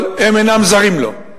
אבל הם אינם זרים לו.